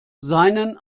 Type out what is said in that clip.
seinen